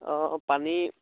অঁ পানী